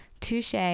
touche